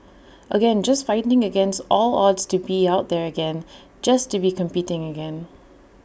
again just fighting against all odds to be out there again just to be competing again